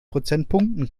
prozentpunkten